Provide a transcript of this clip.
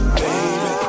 baby